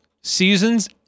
seasons